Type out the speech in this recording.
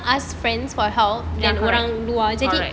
ya alright alright